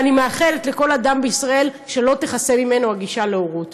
ואני מאחלת לכל אדם בישראל שלא תיחסם לפניו הגישה להורות.